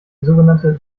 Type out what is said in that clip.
sogenannte